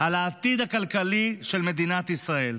על העתיד הכלכלי של מדינת ישראל.